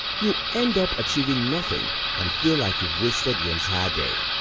you'll end up achieving nothing and feel like you've wasted the entire day,